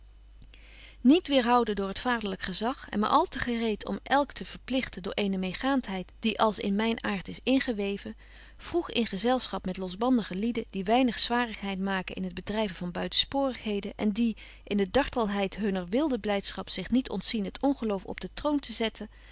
niet weêrhouden door het vaderlyk gezag en maar al te gereet om elk te verpligten door eene meêgaantheid die als in myn aart is ingeweven vroeg in gezelschap met losbandige lieden die weinig zwarigheid maken in het bedryven van buitensporigheden en die in de dartelheid hunner wilde blydschap zich niet ontzien het ongeloof op den troon te zetten